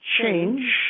change